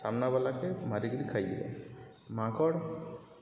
ସାମ୍ନାବାଲାକେ ମାରିକିରି ଖାଇଯିବ ମାଙ୍କଡ଼